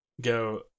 go